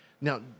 Now